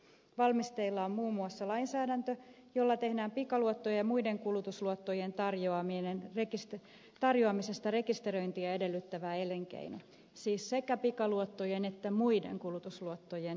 valmisteilla on muun muassa lainsäädäntö jolla tehdään pikaluottojen ja muiden kulutusluottojen tarjoamisesta rekisteröintiä edellyttävä elinkeino siis sekä pikaluottojen että muiden kulutusluottojen tarjoamisesta